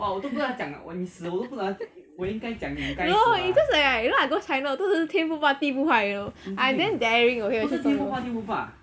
no is cause like I go china 我真的是天不怕地不怕 you know I damn daring okay